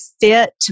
fit